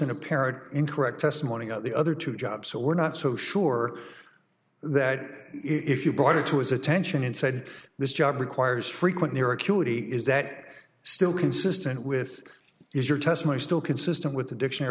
and apparent incorrect testimony of the other two jobs so we're not so sure that if you brought it to his attention and said this job requires frequent near acuity is that still consistent with is your testimony still consistent with the